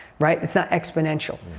right? it's not exponential.